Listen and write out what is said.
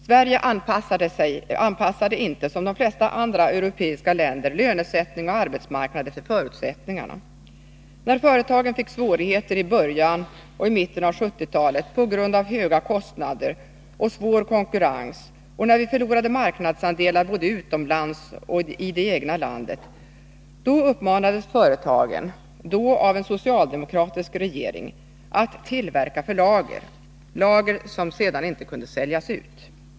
Sverige anpassade inte som de flesta andra europeiska länder lönesättning och arbetsmarknad efter förutsättningarna. När företagen fick svårigheter i början och mitten av 1970-talet på grund av höga kostnader och svår konkurrens och när vi förlorade marknadsandelar både utomlands och i det egna landet, uppmanades företagen, då av en socialdemokratisk regering, att tillverka för lager — lager som sedan inte kunde säljas ut.